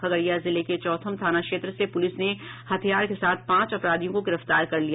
खगड़िया जिले के चौथम थाना क्षेत्र से पुलिस ने हथियार के साथ पांच अपराधियों को गिरफ्तार कर लिया